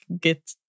get